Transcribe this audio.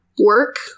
work